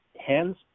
hands